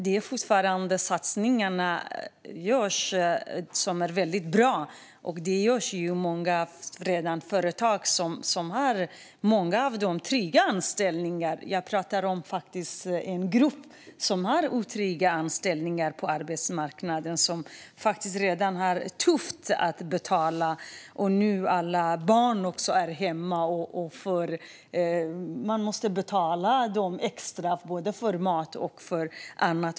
De satsningar som görs är mycket bra. De görs i företag där många människor har trygga anställningar. Men jag talar om en grupp som har otrygga anställningar på arbetsmarknaden och som redan har det tufft att betala räkningar. Nu är också många barn hemma och man måste betala extra för mat och annat.